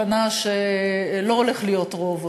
עם הבנה שלא הולך להיות רוב,